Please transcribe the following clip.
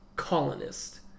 colonist